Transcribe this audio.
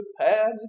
Japan